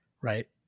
right